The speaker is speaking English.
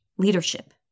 Leadership